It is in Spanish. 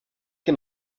que